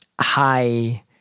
high